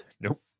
Nope